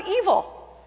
evil